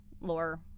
lore